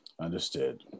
Understood